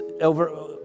over